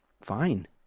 fine